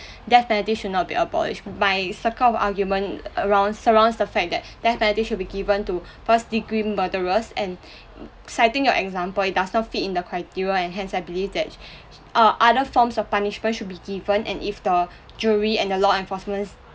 death penalty should not be abolished my circle of argument around surrounds the fact that death penalty should be given to first-degree murderers and citing your example it does not fit in the criteria and hence I believe that uh other forms of punishment should be given and if the jury and the law enforcements